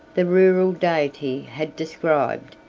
the rural deity had described,